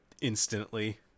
instantly